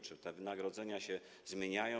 Czy te wynagrodzenia się zmieniają?